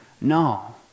No